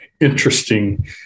interesting